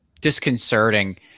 disconcerting